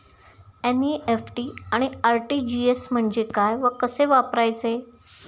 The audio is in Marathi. एन.इ.एफ.टी आणि आर.टी.जी.एस म्हणजे काय व कसे वापरायचे?